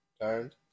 turned